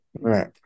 Right